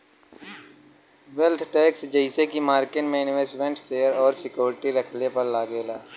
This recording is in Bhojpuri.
वेल्थ टैक्स जइसे की मार्किट में इन्वेस्टमेन्ट शेयर और सिक्योरिटी रखले पर लगेला